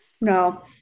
no